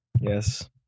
Yes